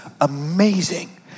amazing